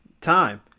time